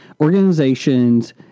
organizations